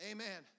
Amen